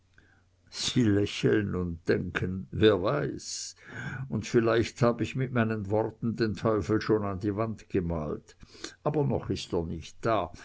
lächeln und denken wer weiß und vielleicht hab ich mit meinen worten den teufel schon an die wand gemalt aber noch ist er nicht da